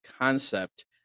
concept